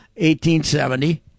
1870